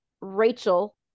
rachel